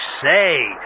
say